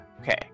Okay